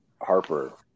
Harper